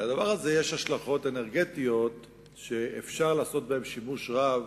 לדבר הזה יש השלכות אנרגטיות שאפשר לעשות בהן שימוש רב